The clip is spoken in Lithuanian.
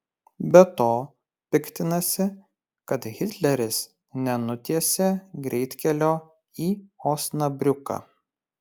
be to piktinasi kad hitleris nenutiesė greitkelio į osnabriuką